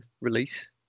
release